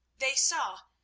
they saw,